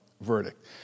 verdict